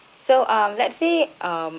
so um let's say um